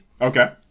Okay